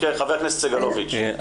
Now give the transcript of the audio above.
ח"כ סגלוביץ'.